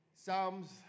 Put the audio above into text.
Psalms